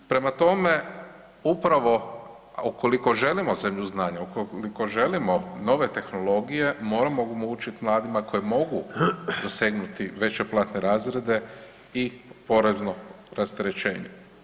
Prema tome, upravo ukoliko želimo zemlju znanja, ukoliko želimo nove tehnologije moramo omogućiti mladima koji mogu dosegnuti veće platne razrede i porezno rasterećenje.